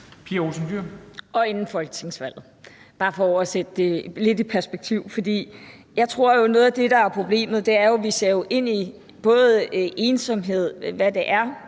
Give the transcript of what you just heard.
Pia Olsen Dyhr (SF): Og inden folketingsvalget, bare for at sætte det lidt i perspektiv. Jeg tror jo, at noget af det, der er problemet, er, at vi ser ind i både ensomhed – hvad det er